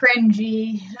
cringy